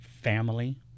family